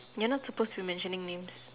you're not supposed to mentioning names